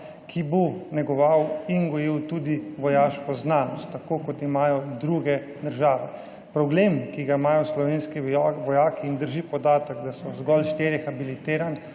ki bo negoval in gojil tudi vojaško znanost, tako, kot jo imajo druge države. Problem, ki ga imajo slovenski vojaki in drži podatek, da so zgolj štirje habilitirani,